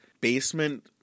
basement